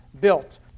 built